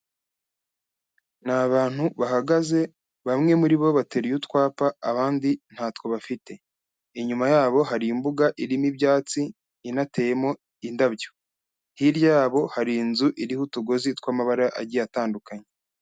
Ni abantu bahagaze, bamwe muri bo bateruye utwapa, abandi ntatwo bafite. Inyuma yabo, hari imbuga irimo ibyatsi, inateyemo indabyo. Hirya yabo, hari inzu iriho utugozi tw'amabara agiye atandukanye.